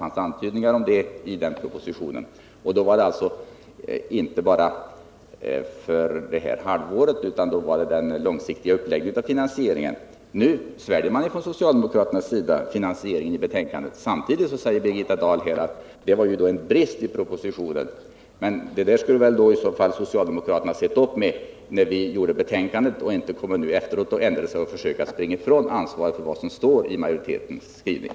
Nu sväljer man på socialdemokratiskt håll förslaget till finansiering i betänkandet, samtidigt som Birgitta Dahl här säger att det var en av bristerna i propositionen. Den skulle väl socialdemokraterna i så fall ha sett upp med när betänkandet utarbetades och inte nu efteråt försöka springa ifrån ansvaret för vad som står i majoritetens skrivning.